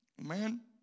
Amen